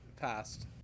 passed